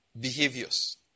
behaviors